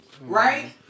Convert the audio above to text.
right